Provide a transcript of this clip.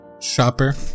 shopper